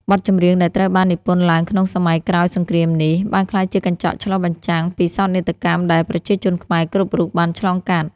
បទចម្រៀងដែលត្រូវបាននិពន្ធឡើងក្នុងសម័យក្រោយសង្គ្រាមនេះ បានក្លាយជាកញ្ចក់ឆ្លុះបញ្ចាំងពីសោកនាដកម្មដែលប្រជាជនខ្មែរគ្រប់រូបបានឆ្លងកាត់។